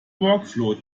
workflow